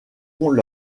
leur